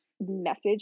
message